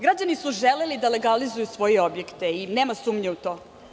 Građani su želeli da legalizuju svoje objekte i nema sumnje u to.